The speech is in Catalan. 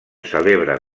celebra